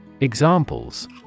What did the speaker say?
Examples